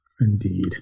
Indeed